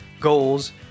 goals